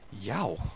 Yow